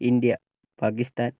India Pakistan